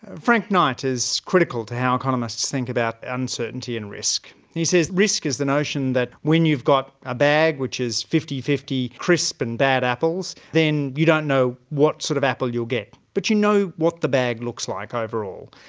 frank knight is critical to how economists think about uncertainty and risk. he says risk is the notion that when you've got a bag which is fifty fifty crisp and bad apples, then then you don't know what sort of apple you'll get, but you know what the bag looks like overall.